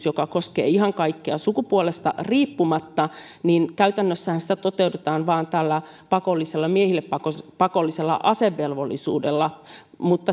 joka koskee ihan kaikkia sukupuolesta riippumatta vaikka käytännössähän sitä toteutetaan vain tällä miehille pakollisella pakollisella asevelvollisuudella